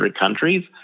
countries